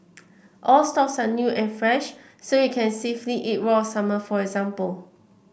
all stocks are new and fresh so you can safely eat raw salmon for example